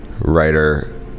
writer